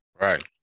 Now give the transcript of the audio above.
Right